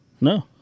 No